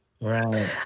right